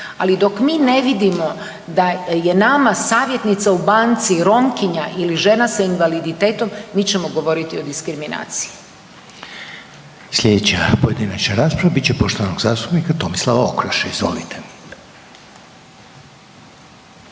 ali dok mi ne vidimo da je nama savjetnica u banci Romkinja ili žena s invaliditetom mi ćemo govoriti o diskriminaciji. **Reiner, Željko (HDZ)** Slijedeća pojedinačna rasprava bit će poštovanog zastupnika Tomislava Okroše. Izvolite.